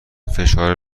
فشار